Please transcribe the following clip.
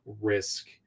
risk